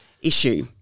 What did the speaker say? issue